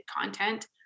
content